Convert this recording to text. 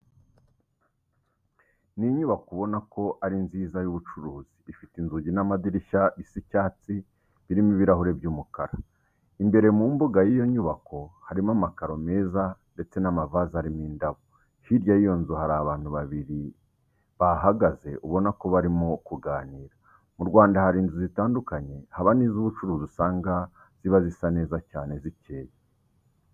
Ni inyubako ubona ko ari nziza y'ubucuruzi, ifite inzugi n'amadirishya bisa icyatsi birimo ibirahure by'umukara. Imbere mu mbuga y'iyo nyubako harimo amakaro meza ndetse n'amavaze arimo indabo. Hirya y'iyo nzu hari abantu babiri bahahagaze ubona ko barimo kuganira. Mu Rwanda inzu zitandukanye haba n'iz'ubucuruzi usanga ziba zisa neza cyane zikeye.